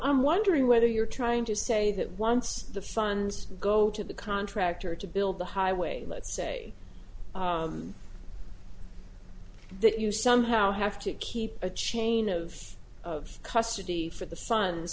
i'm wondering whether you're trying to say that once the funds go to the contractor to build the highway let's say that you somehow have to keep a chain of custody for the s